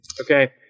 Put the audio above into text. Okay